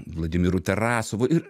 vladimiru tarasovu ir